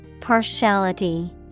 partiality